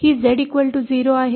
ही Z 0 आहे